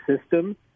system